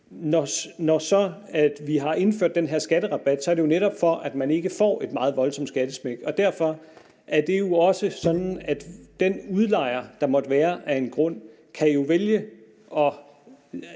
Når vi har indført den her skatterabat, er det jo netop, for at man ikke får et meget voldsomt skattesmæk. Derfor er det jo også sådan, at den udlejer, der måtte være, af en grund, jo kan vælge at